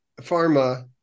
pharma